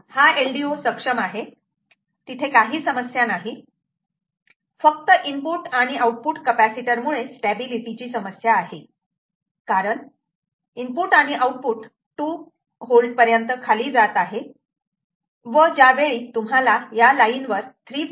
हा LDO सक्षम आहे तिथे काही समस्या नाही फक्त इनपुट आणि आऊटपुट कपॅसिटर मुळे स्टॅबिलिटी ची समस्या आहे कारण आणि आउटपुट 2 V पर्यंत खाली जात आहे व ज्यावेळी तुम्हाला या लाईन वर 3